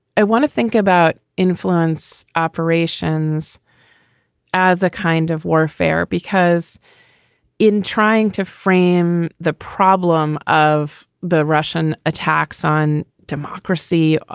i want to think about influence operations as a kind of warfare, because in trying to frame the problem of the russian attacks on democracy,